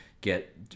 get